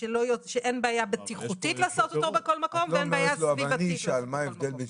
שאין בעיה בטיחותית לעשות אותו בכל מקום ואין בעיה סביבתית בכל מקום.